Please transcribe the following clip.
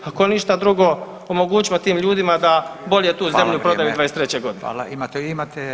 Ako ništa drugo omogućimo tim ljudima da bolje tu zemlju prodaju '23.g.